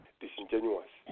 disingenuous